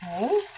Okay